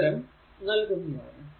ഉത്തരം നൽകുന്നതാണ്